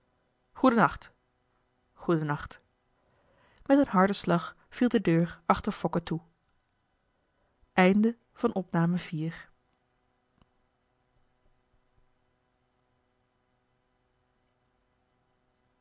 goeden nacht goeden nacht met een harden slag viel de deur achter fokke toe